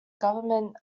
government